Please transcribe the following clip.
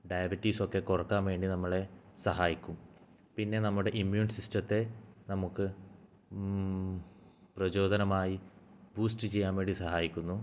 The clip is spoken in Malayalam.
ഡയബെറ്റീസൊക്കെ കുറക്കാൻ വേണ്ടി നമ്മളെ സഹായിക്കും പിന്നെ നമ്മുടെ ഇമ്മ്യൂണിറ്റി സിസ്റ്റത്തെ നമുക്ക് പ്രചോദനമായി ബൂസ്റ്റ് ചെയ്യാൻ വേണ്ടി സഹായിക്കുന്നു